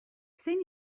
zein